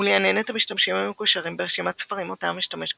ולעניין את המשתמשים המקושרים ברשימת ספרים אותם המשתמש קורא.